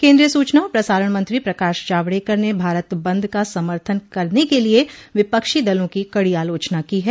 केन्द्रीय सूचना और प्रसारण मंत्री प्रकाश जावड़ेकर ने भारत बंद का समर्थन करने के लिए विपक्षी दलों की कड़ी आलोचना की है